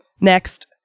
next